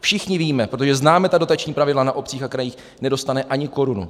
Všichni víme, protože známe ta dotační pravidla na obcích a krajích, že nedostane ani korunu.